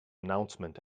announcement